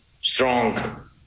strong